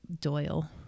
Doyle